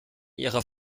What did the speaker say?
ihrer